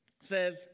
says